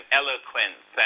eloquence